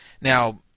Now